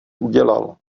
udělal